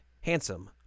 handsome